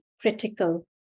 critical